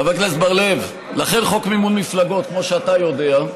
בר-לב, לכן חוק מימון מפלגות, כמו שאתה יודע,